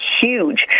huge